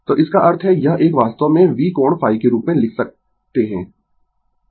तो इसका अर्थ है यह एक वास्तव में V कोण ϕ के रूप में लिख सकते है